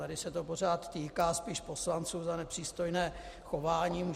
Tady se to pořád týká spíš poslanců za nepřístojné chování.